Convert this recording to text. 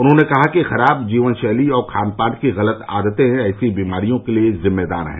उन्होंने कहा कि खराब जीवन शैली और खान पान की गलत आदतें ऐसी बीमारियों के लिए जिम्मेदार हैं